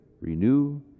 renew